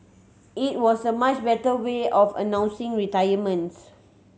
it was a much better way of announcing retirements